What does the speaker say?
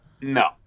No